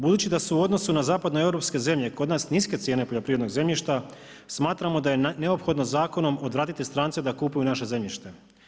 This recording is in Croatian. Budući da su u odnosu na zapadnoeuropske zemlje kod nas niske cijene poljoprivrednog zemljišta smatramo da je neophodno zakonom odvratiti strance da kupuju naše zemljište.